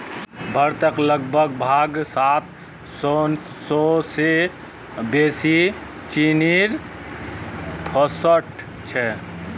भारतत लगभग सात सौ से बेसि चीनीर फैक्ट्रि छे